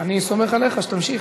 אני סומך עליך שתמשיך.